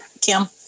Kim